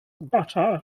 butter